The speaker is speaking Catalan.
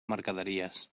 mercaderies